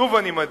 שוב אני מדגיש: